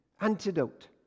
antidote